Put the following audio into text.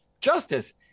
justice